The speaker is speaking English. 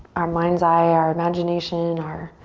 our mind's eye, our imagination, our